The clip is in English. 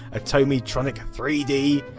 a tomytronic three d.